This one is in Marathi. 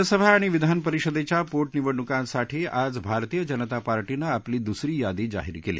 राज्यसभा आणि विधानपरिषदेच्या पोट निवडणूकासाठी आज भारतीय जनता पार्टीनं आपली दुसरी यादी जाहीर केली